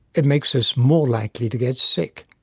it makes us more likely to get sick.